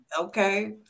Okay